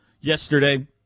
yesterday